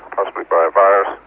possibly by a virus.